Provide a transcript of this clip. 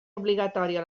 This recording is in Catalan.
obligatòria